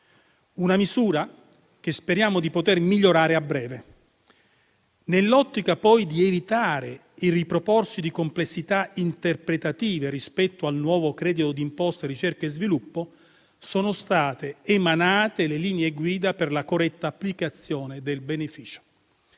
misura che speriamo di poter migliorare a breve. Nell'ottica poi di evitare il riproporsi di complessità interpretative rispetto al nuovo credito d'imposta in ricerca e sviluppo, sono state emanate le linee guida per la corretta applicazione del beneficio.